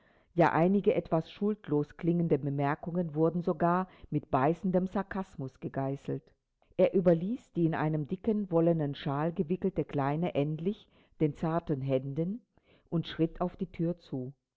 ja einige etwas schuldlos klingende bemerkungen wurden sogar mit beißendem sarkasmus gegeißelt er überließ die in einen dicken wollenen shawl gewickelte kleine endlich den zarten händen und schritt auf die thür zu